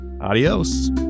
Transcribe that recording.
Adios